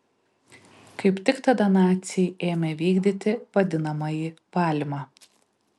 kaip tik tada naciai ėmė vykdyti vadinamąjį valymą